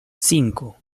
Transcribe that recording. cinco